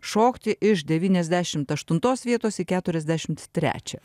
šokti iš devyniasdešimt aštuntos vietos į keturiasdešimt terčią